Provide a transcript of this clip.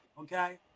okay